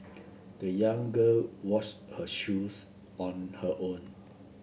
the young girl washed her shoes on her own